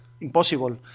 impossible